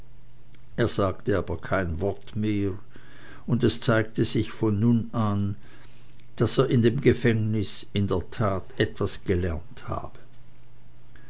er sagte aber kein wort mehr und es zeigte sich von nun an daß er in dem gefängnis in der tat etwas gelernt habe